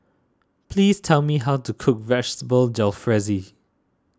please tell me how to cook Vegetable Jalfrezi